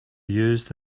used